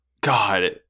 god